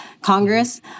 Congress